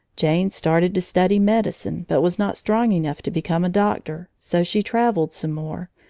jane started to study medicine but was not strong enough to become a doctor. so she traveled some more,